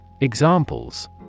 Examples